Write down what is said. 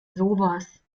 sowas